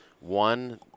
One